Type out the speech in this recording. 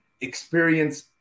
experience